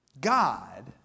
God